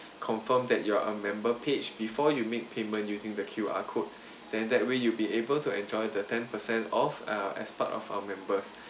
confirm that you are a member page before you make payment using the Q_R code then that way you'll be able to enjoy the ten percent off uh as part of our members